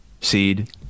seed